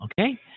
Okay